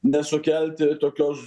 nesukelti tokios